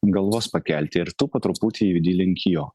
galvos pakelti ir tu po truputį judi link jo